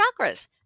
chakras